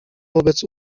wobec